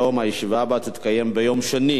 הישיבה הבאה תתקיים ביום שני,